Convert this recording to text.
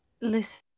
Listen